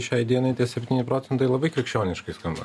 šiai dienai tie septyni procentai labai krikščioniškai skamba